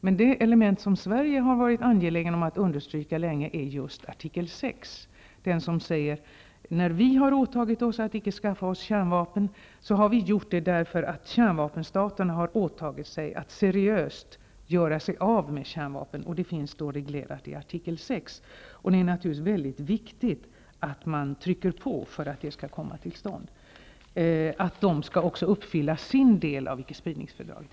Men det element som Sverige länge har varit angeläget om att understryka är artikel 6, som säger att när vi har åtagit oss att icke skaffa oss kärnvapen, så har vi gjort det därför att kärnvapenstaterna har åtagit sig att seriöst göra sig av med kärnvapen. Detta finns alltså reglerat i artikel 6, och det är naturligtvis mycket viktigt att man trycker på för att det skall komma till stånd -- att de också skall uppfylla sin del av ickespridningsfördraget.